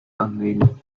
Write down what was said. anlegen